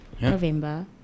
November